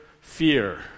fear